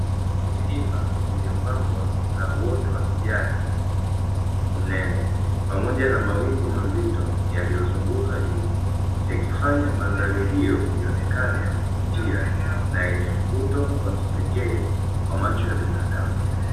Milima iliyopambwa na uoto wa kijani mnene, pamoja na mawingu mazito yaliyozunguka juu yakifanya mandhari hiyo ionekane ya kuvutia na yenye mvuto wa kipekee kwa macho ya binadamu.